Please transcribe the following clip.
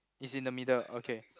it's in the middle okay